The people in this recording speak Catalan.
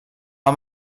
amb